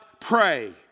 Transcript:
pray